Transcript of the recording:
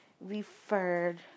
referred